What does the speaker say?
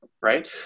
right